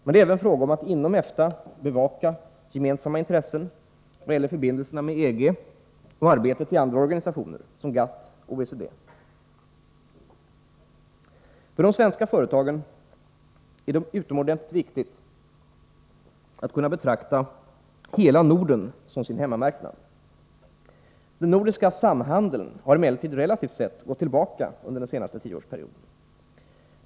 Men det är även fråga om att inom EFTA bevaka gemensamma intressen i vad gäller förbindelserna med EG och arbetet i andra organisationer, som GATT och OECD. För de svenska företagen är det utomordentligt viktigt att kunna betrakta hela Norden som sin hemmamarknad. Den nordiska samhandeln har emellertid relativt sett gått tillbaka under den senaste tioårsperioden.